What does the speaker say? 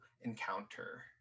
encounter